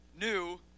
new